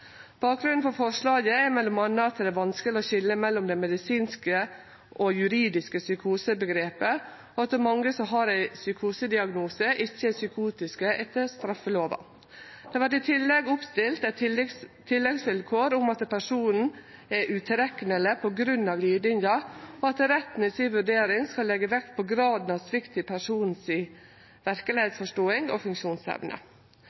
Bakgrunnen for forslaget er m.a. at det er vanskeleg å skilje mellom det medisinske og juridiske psykoseomgrepet, og at mange som har ein psykosediagnose, ikkje er psykotiske etter straffelova. Det vert i tillegg oppstilt eit tilleggsvilkår om at personen ikkje er tilrekneleg på grunn av lidinga, og at retten i si vurdering skal leggje vekt på graden av